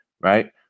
right